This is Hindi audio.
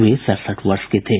वे सड़सठ वर्ष के थे